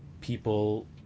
people